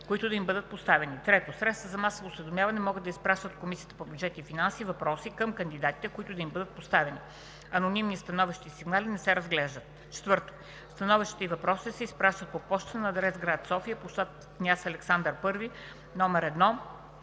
които да им бъдат поставени. 3. Средствата за масово осведомяване могат да изпращат в Комисията по бюджет и финанси въпроси към кандидатите, които да им бъдат поставени. Анонимни становища и сигнали не се разглеждат. 4. Становищата и въпросите се изпращат по пощата на адрес: гр. София, пл. „Княз Александър I” № 1, Комисия по